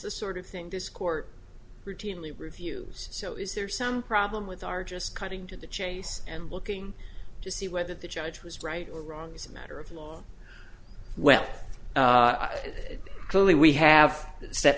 the sort of thing this court routinely reviews so is there some problem with our just cutting to the chase and looking to see whether the judge was right or wrong as a matter of law well that clearly we have set